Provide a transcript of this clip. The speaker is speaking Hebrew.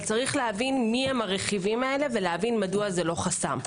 אבל יש להבין מי הרכיבים האלה ומדוע זה לא חסם.